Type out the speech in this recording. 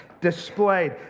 displayed